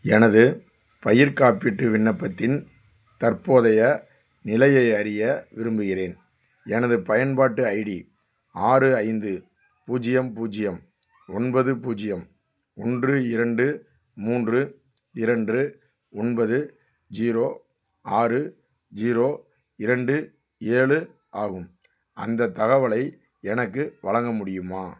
எனது பயிர் காப்பீட்டு விண்ணப்பத்தின் தற்போதைய நிலையை அறிய விரும்புகிறேன் எனது பயன்பாட்டு ஐடி ஆறு ஐந்து பூஜ்யம் பூஜ்யம் ஒன்பது பூஜ்யம் ஒன்று இரண்டு மூன்று இரண்டு ஒன்பது ஜீரோ ஆறு ஜீரோ இரண்டு ஏழு ஆகும் அந்த தகவலை எனக்கு வழங்க முடியுமா